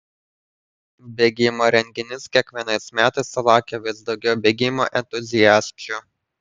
bėgimo renginys kiekvienais metais sulaukia vis daugiau bėgimo entuziasčių